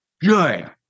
Good